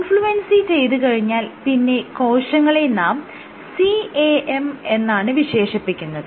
confluency ചെയ്തു കഴിഞ്ഞാൽ പിന്നെ കോശങ്ങളെ നാം CAM എന്നാണ് വിശേഷിപ്പിക്കുന്നത്